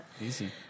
easy